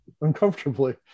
uncomfortably